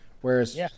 Whereas